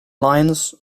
lions